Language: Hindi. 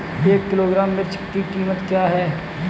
एक किलोग्राम मिर्च की कीमत क्या है?